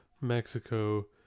Mexico